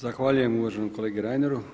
Zahvaljujem uvaženom kolegi Reineru.